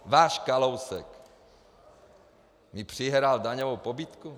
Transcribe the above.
Váš Kalousek mi přihrál daňovou pobídku?